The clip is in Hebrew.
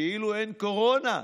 כאילו אין קורונה,